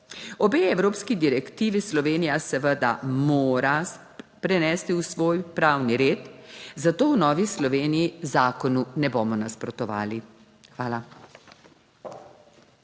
Obe evropski direktivi Slovenija seveda mora prenesti v svoj pravni red, zato v Novi Sloveniji zakonu ne bomo nasprotovali. Hvala.